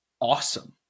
awesome